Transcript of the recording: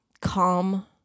calm